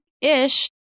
ish